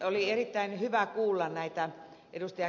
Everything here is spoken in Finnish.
oli erittäin hyvä kuulla näitä ed